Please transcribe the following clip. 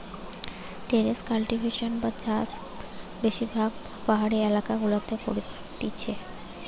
terrace cultivation বা চাষ বেশিরভাগ পাহাড়ি এলাকা গুলাতে করতিছে